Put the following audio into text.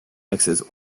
mixes